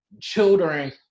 children